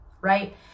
right